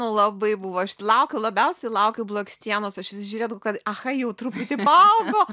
labai buvo aš laukiau labiausiai laukiau blakstienos aš vis žiūrėdavau kad aha jau truputį paaugo